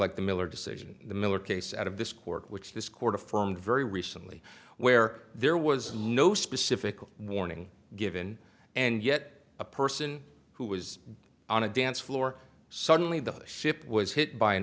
like the miller decision the miller case out of this court which this court affirmed very recently where there was no specific warning given and yet a person who was on a dance floor suddenly the ship was hit by an